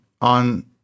on